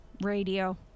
Radio